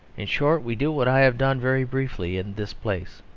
in short we do what i have done very briefly in this place.